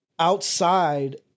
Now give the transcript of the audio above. outside